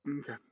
Okay